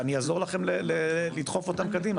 אני אעזור לכם לדחוף קדימה.